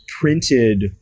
printed